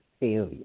failure